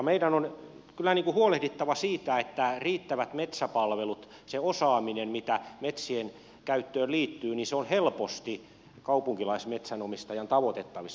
meidän on kyllä huolehdittava siitä että riittävät metsäpalvelut se osaaminen mitä metsien käyttöön liittyy on helposti kaupunkilaismetsänomistajan tavoitettavissa